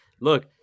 Look